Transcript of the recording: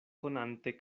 konante